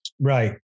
Right